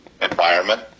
environment